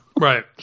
Right